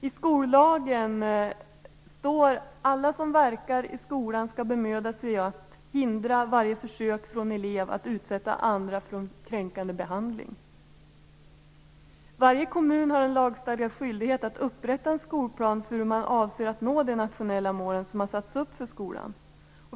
I skollagen står det att alla som verkar i skolan skall "bemöda sig om att hindra varje försök från elever att utsätta andra för kränkande behandling". Varje kommun har en lagstadgad skyldighet att upprätta en skolplan för hur man avser att nå de nationella mål som har satts upp för skolan.